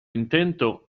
intento